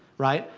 right.